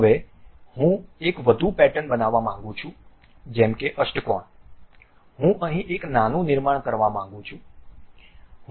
હવે હું એક વધુ પેટર્ન બનાવવા માંગુ છું જેમ કે અષ્ટકોણ હું અહીં એક નાનું નિર્માણ કરવા માંગું છું